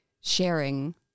sharing